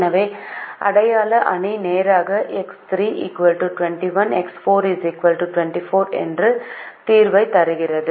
எனவே அடையாள அணி நேராக எக்ஸ் 3 21 எக்ஸ் 4 24 என்ற தீர்வைத் தருகிறது